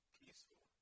peaceful